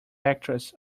actress